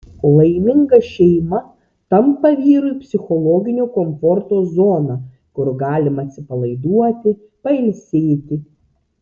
laiminga šeima tampa vyrui psichologinio komforto zona kur galima atsipalaiduoti pailsėti